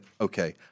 okay